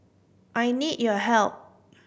I need your help